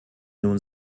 nun